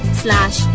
slash